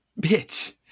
bitch